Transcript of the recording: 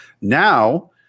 Now